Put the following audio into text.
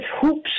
hoops